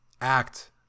act